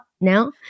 now